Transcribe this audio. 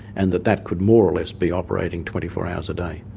and that that could more or less be operating twenty four hours a day.